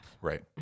Right